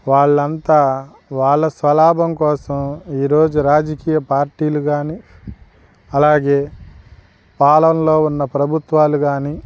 వాళ్ళంతా వాళ్ళ స్వలాభం కోసం ఈరోజు రాజకీయ పార్టీలు కానీ అలాగే పొలంలో ఉన్న ప్రభుత్వాలు కానీ